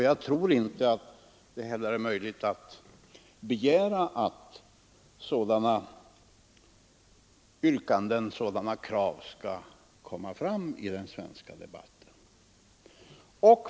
Jag tror inte heller det är möjligt att begära att sådana yrkanden eller krav skall ställas i debatten.